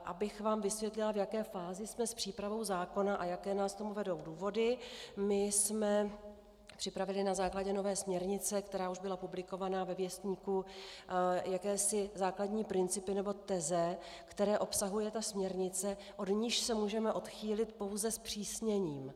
Abych vám vysvětlila, v jaké fázi jsme s přípravou zákona a jaké nás k tomu vedou důvody: My jsme připravili na základě nové směrnice, která už byla publikovaná ve Věstníku, jakési základní principy nebo teze, které obsahuje směrnice, od nichž se můžeme odchýlit pouze zpřísněním.